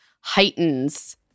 heightens